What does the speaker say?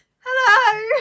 Hello